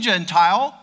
Gentile